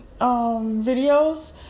videos